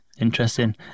interesting